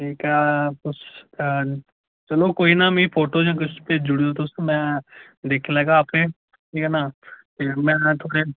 ठीक ऐ तुस चलो कोई ना मिगी फोटो जां किश भेजू उड़यो किश मैं दिक्खी लैगा आपें ठीक ऐ ना ते में तुसेंगी